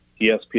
ESPN